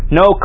no